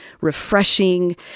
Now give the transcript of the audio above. refreshing